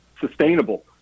sustainable